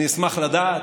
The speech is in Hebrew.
אני אשמח לדעת.